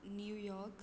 New York